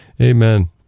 Amen